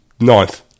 ninth